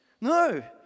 No